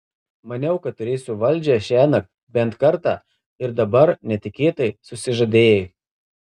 maniau kad turėsiu valdžią šiąnakt bent kartą ir dabar netikėtai susižadėjai